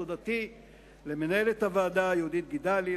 תודתי למנהלת הוועדה יהודית גידלי,